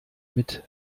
mit